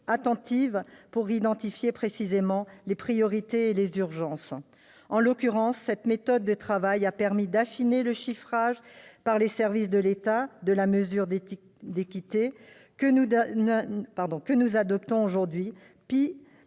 attentive, afin d'identifier précisément les priorités et les urgences. En l'occurrence, cette méthode de travail a permis d'affiner le chiffrage, par les services de l'État, de la mesure d'équité que nous adoptons aujourd'hui,